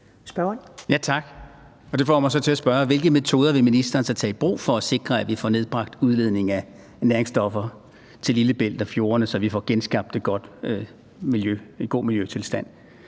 hvilke metoder ministeren så vil tage i brug for sikre, at vi får nedbragt udledningen af næringsstoffer til Lillebælt og fjordene, så vi får genskabt en god miljøtilstand.